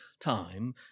time